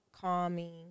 calming